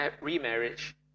remarriage